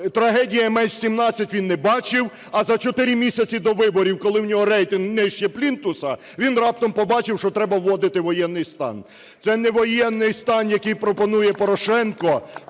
трагедія MH17 - він не бачив, а за 4 місяці до виборів, коли в нього рейтинг нижче плінтуса, він раптом побачив, що треба вводити воєнний стан. Це не воєнний стан, який пропонує Порошенко